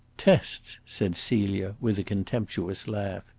tests! said celia, with a contemptuous laugh.